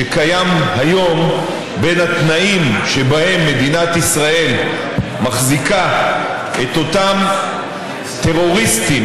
שקיים היום בין התנאים שבהם מדינת ישראל מחזיקה את אותם טרוריסטים,